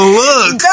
look